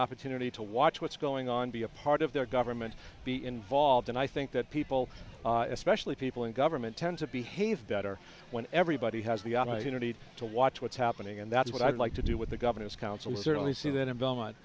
opportunity to watch what's going on be a part of their government be involved and i think that people especially people in government tens of behave better when everybody has the opportunity to to watch what's happening and that's what i'd like to do with the governor's council certainly see that in belmont